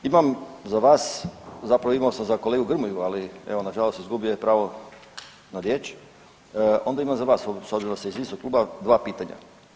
Imam za vas, zapravo imao sam za kolegu Grmoju, ali evo nažalost izgubio je pravo na riječ, onda imam za vas s obzirom da ste iz istog kluba dva pitanja.